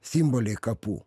simboliai kapų